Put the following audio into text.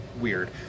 weird